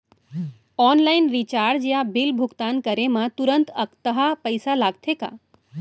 Online recharge या bill भुगतान करे मा तुरंत अक्तहा पइसा लागथे का?